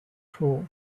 pool